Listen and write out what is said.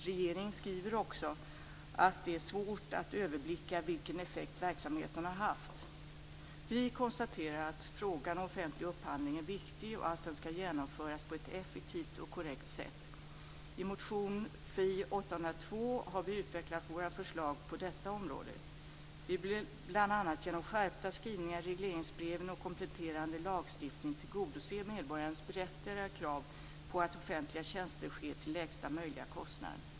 Regeringen skriver också att det är svårt att överblicka vilken effekt verksamheten har haft. Vi konstaterar att frågan om offentlig upphandling är viktig och skall genomföras på ett effektivt och korrekt sätt. I motion Fi802 har vi utvecklat våra förslag på detta område. Vi vill bl.a. genom skärpta skrivningar i regleringsbreven och kompletterande lagstiftning tillgodose medborgarens berättigade krav på att offentliga tjänster sker till lägsta möjliga kostnad.